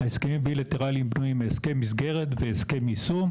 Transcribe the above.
ההסכמים הבילטרליים בנויים מהסכם מסגרת והסכם משוא,